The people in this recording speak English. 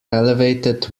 elevated